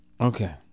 Okay